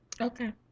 okay